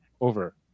Over